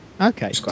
okay